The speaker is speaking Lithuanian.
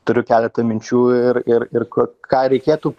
turiu keletą minčių ir ir ir ką reikėtų